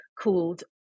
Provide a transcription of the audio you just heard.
called